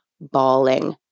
bawling